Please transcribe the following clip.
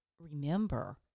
remember